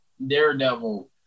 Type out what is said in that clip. Daredevil